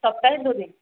সপ্তাহে দুদিন